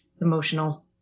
emotional